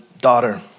daughter